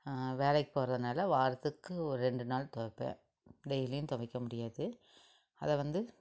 வேலைக்கு போகிறதுனால வாரத்துக்கு ஒரு ரெண்டு நாள் துவைப்பேன் டெய்லியும் துவைக்க முடியாது அதை வந்து